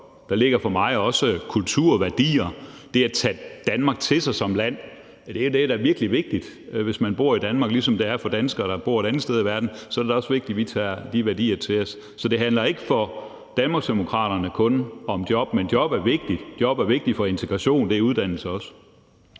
det ligger der for mig også kultur, værdier og det at tage Danmark til sig som land. Det er da virkelig vigtigt, hvis man bor i Danmark, ligesom det er for danskere, der bor et andet sted i verden; så er det da også vigtigt, at vi tager de værdier til os. Så det handler for Danmarksdemokraterne ikke kun om job, men job er vigtigt. Job er vigtigt for integrationen, og det er uddannelse også.